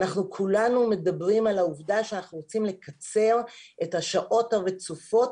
אנחנו כולנו מדברים על העובדה שאנחנו רוצים לקצר את השעות הרצופות,